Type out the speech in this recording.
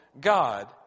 God